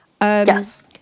Yes